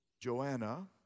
Joanna